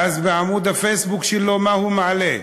ואז בעמוד הפייסבוק שלו מה הוא מעלה,